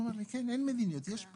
הוא אמר לי,